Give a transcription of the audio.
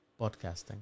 podcasting